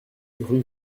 rue